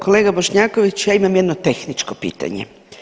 Kolega Bošnjaković, ja imam jedno tehničko pitanje.